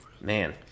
man